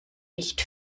nicht